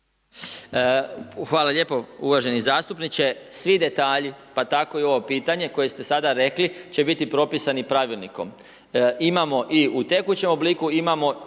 Hvala lijepo. Uvaženi zastupniče, svi detalji, pa tako i ovo pitanje koje ste sada rekli, će biti propisani pravilnikom. Imamo i u tekućem obliku, imamo